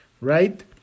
Right